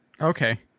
Okay